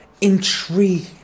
intrigue